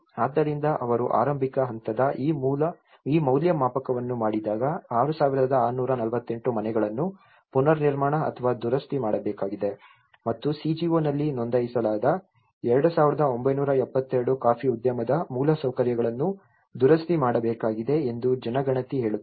ಆದ್ದರಿಂದ ಅವರು ಆರಂಭಿಕ ಹಂತದ ಈ ಮೌಲ್ಯಮಾಪನವನ್ನು ಮಾಡಿದಾಗ 6648 ಮನೆಗಳನ್ನು ಪುನರ್ನಿರ್ಮಾಣ ಅಥವಾ ದುರಸ್ತಿ ಮಾಡಬೇಕಾಗಿದೆ ಮತ್ತು CGO ನಲ್ಲಿ ನೋಂದಾಯಿಸಲಾದ 2972 ಕಾಫಿ ಉದ್ಯಮದ ಮೂಲಸೌಕರ್ಯಗಳನ್ನು ದುರಸ್ತಿ ಮಾಡಬೇಕಾಗಿದೆ ಎಂದು ಜನಗಣತಿ ಹೇಳುತ್ತದೆ